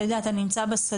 אתה יודע אתה נמצא בשדה,